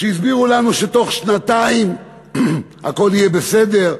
כשהסבירו לנו שבתוך שנתיים הכול יהיה בסדר,